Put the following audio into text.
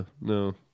No